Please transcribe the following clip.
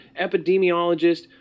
epidemiologist